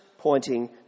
pointing